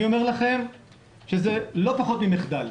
ואני אומר לכם שזה לא פחות ממחדל.